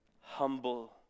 humble